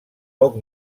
poc